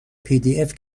pdf